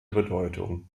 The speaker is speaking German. bedeutung